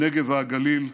הנגב והגליל,